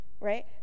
right